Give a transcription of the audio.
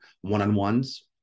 one-on-ones